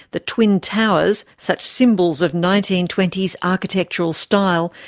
the twin towers, such symbols of nineteen twenty s architectural style,